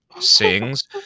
sings